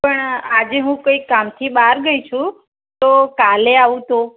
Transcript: પણ આજે હું કંઈક કામથી બહાર ગઈ છું તો કાલે આવું તો